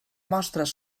mostres